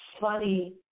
funny